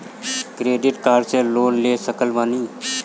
Credit card से loan ले सकत बानी?